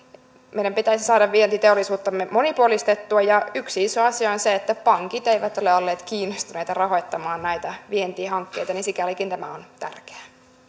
meidän pitäisi saada vientiteollisuuttamme monipuolistettua ja yksi iso asia on se että pankit eivät ole olleet kiinnostuneita rahoittamaan näitä vientihankkeita eli sikälikin tämä on tärkeää